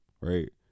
Right